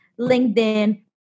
LinkedIn